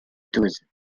douze